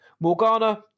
Morgana